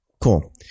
cool